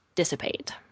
dissipate